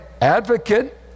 advocate